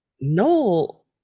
Noel